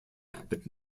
but